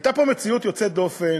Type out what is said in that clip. הייתה פה מציאות יוצאת דופן,